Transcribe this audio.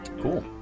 cool